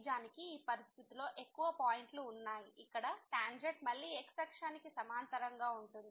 నిజానికి ఈ పరిస్థితిలో ఎక్కువ పాయింట్లు ఉన్నాయి ఇక్కడ టాంజెంట్ మళ్ళీ x అక్షానికి సమాంతరంగా ఉంటుంది